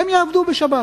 הם יעבדו בשבת.